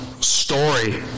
story